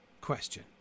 question